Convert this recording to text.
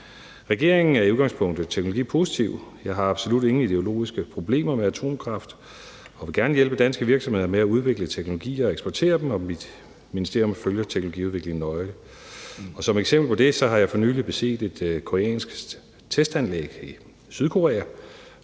Regeringen er i udgangspunktet teknologipositiv. Jeg har absolut ingen ideologiske problemer med atomkraft og vil gerne hjælpe danske virksomheder med at udvikle teknologier og eksportere dem, og mit ministerium følger teknologiudviklingen nøje. Som et eksempel på det har jeg for nylig beset et testanlæg i Sydkorea